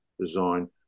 Design